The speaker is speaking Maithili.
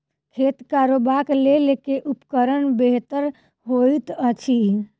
खेत कोरबाक लेल केँ उपकरण बेहतर होइत अछि?